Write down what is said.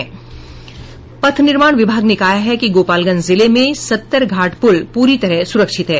पथ निर्माण विभाग ने कहा है कि गोपालगंज जिले में सत्तरघाट प्रल प्ररी तरह सुरक्षित है